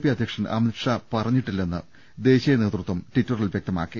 P അധ്യക്ഷൻ അമിത് ഷാ പറഞ്ഞിട്ടില്ലെന്ന് ദേശീയ നേതൃത്വം ട്വിറ്ററിൽ വൃക്തമാക്കി